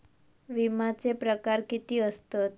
विमाचे प्रकार किती असतत?